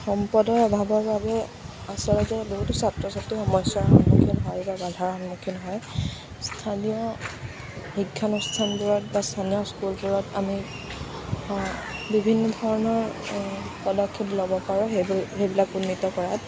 সম্পদৰ অভাৱৰ বাবে আচলতে বহুতো ছাত্ৰ ছাত্ৰী সমস্যাৰ সন্মুখীন হয় বা বাধাৰ সন্মুখীন হয় তথাপিও শিক্ষানুষ্ঠানবোৰত বা স্থানীয় স্কুলবোৰত আমি বিভিন্ন ধৰণৰ পদক্ষেপ ল'ব পাৰোঁ সেইবিলাক উন্নীত কৰাত